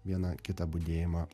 vieną kitą budėjimą